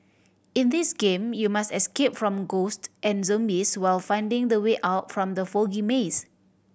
in this game you must escape from ghost and zombies while finding the way out from the foggy maze